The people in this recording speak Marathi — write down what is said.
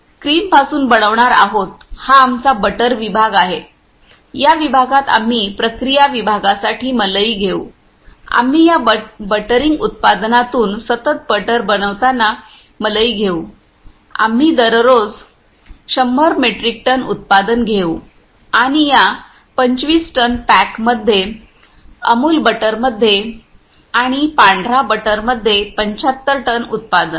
क्रीमपासून बनवणार आहोत हा आमचा बटर विभाग आहे या विभागात आम्ही प्रक्रिया विभागासाठी मलई घेऊ आम्ही या बटरिंग उत्पादनातून सतत बटर बनवताना मलई घेऊ आम्ही दररोज 100 मेट्रिक टन उत्पादन घेऊ आणि या 25 टन पॅकमध्ये अमूल बटरमध्ये आणि पांढरा बटर मध्ये 75 टन उत्पादन